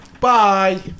Bye